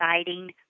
exciting